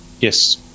Yes